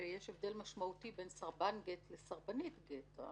שיש הבדל משמעותי בין סרבן גט לסרבנית גט.